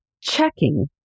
checking